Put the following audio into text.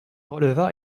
releva